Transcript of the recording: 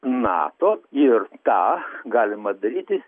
nato ir tą galima daryti